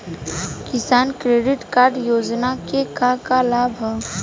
किसान credit card योजना के का का लाभ ह?